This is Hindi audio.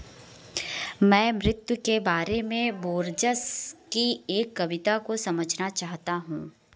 मैं मृत्यु के बारे में बोर्जस की एक कविता को समझना चाहता हूँ